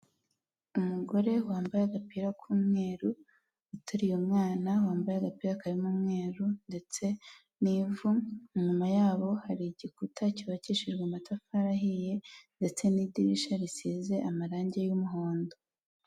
Umugore wambaye agapira k'umweru uteruye umwana wambaye agapira k'umweru ndetse n'ivu, inyuma yabo hari igikuta cyubakishijwe amatafari ahiye ndetse n'idirishya risize amarangi y'umuhondo.